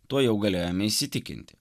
tuo jau galėjome įsitikinti